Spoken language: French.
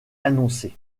annoncé